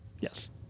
Yes